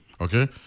okay